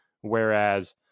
whereas